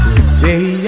Today